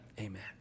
Amen